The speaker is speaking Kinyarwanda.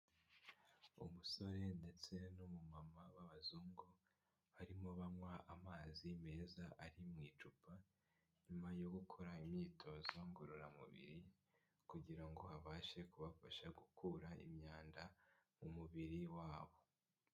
Umusore ndetse n'umumama w'abazungu, arimo anywa amazi meza ari mu icupa nyuma yo gukora imyitozo ngororamubiri kugira ngo abashe kubafasha gukura imyanda mu mubiri wabo.